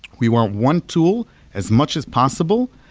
we want one tool as much as possible.